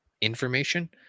information